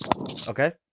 Okay